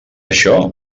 això